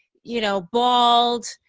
you know, bald,